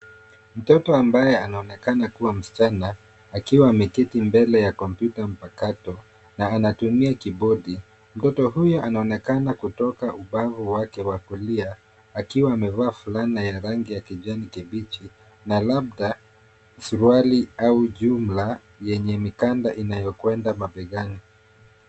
Mtoto ambaye anaonekana kuwa msichana akiwa ameketi mbele ya kompyuta mpakato na anatumia kibodi. Mtoto huyo anaonekana kutoka ubavu wake wa kulia akiwa amevaa fulana ya rangi ya kijani kibichi na labda suruali au jumla yenye mikanda inayokwenda mabegani.